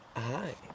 Hi